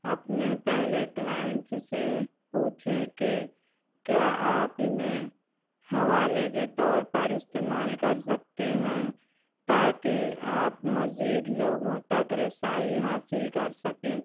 اپنے پہلے کلائنٹس سے پوچھیں کہ کیا آپ انہیں حوالے کے طور پر استعمال کر سکتے ہیں تاکہ آپ مزید لوگوں تک رسائی حاصل کر سکیں